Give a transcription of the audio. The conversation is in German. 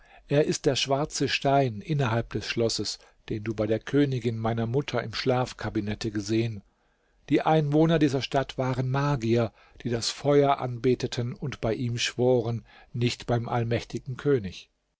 er ist der schwarze stein innerhalb des schlosses den du bei der königin meiner mutter im schlafkabinette gesehen die einwohner dieser stadt waren magier die das feuer anbeteten und bei ihm schworen nicht beim allmächtigen könig